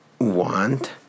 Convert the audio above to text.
want